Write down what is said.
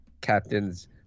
captains